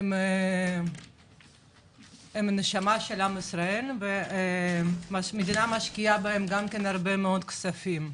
הם הנשמה של עם ישראל והמדינה משקיעה בהם הרבה כספים.